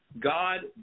God